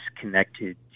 connected